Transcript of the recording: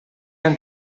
han